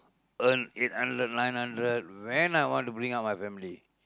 earn eight hundred nine hundred when I want to bring up my family